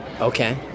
okay